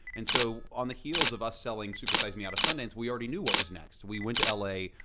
and so on the heels of us selling super size me out of sundance, we already knew what was next. we went to l a,